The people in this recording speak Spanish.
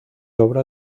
obra